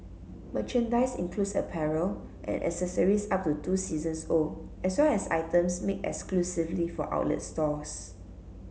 merchandise includes apparel and accessories up to two seasons old as well as items made exclusively for outlet stores